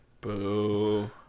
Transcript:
Boo